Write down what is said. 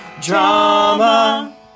drama